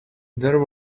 there